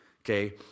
okay